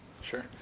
Sure